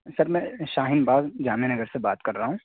سر میں شاہین باغ جامعہ نگر سے بات کر رہا ہوں